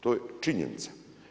To je činjenica.